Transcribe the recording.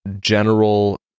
general